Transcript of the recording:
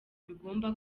bigomba